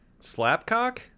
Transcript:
Slapcock